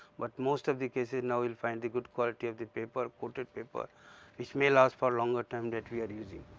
but most of the cases. now, you will find the good quality of the paper, coated paper which may last for longer time that we are using.